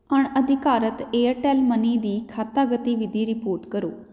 ਅਣਅਧਿਕਾਰਤ Airtel money ਦੀ ਖਾਤਾ ਗਤੀਵਿਧੀ ਰਿਪੋਰਟ ਕਰੋ